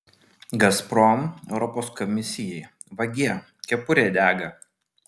gazprom europos komisijai vagie kepurė dega